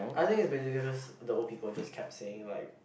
I think it's basically just the old people just kept saying like